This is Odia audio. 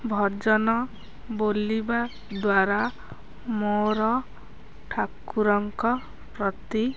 ଭଜନ ବୋଲିବା ଦ୍ୱାରା ମୋର ଠାକୁରଙ୍କ ପ୍ରତି